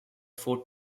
four